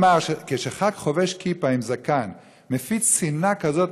כשאחד חובש כיפה עם זקן מפיץ שנאה כזאת